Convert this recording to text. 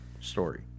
story